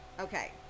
Okay